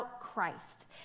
Christ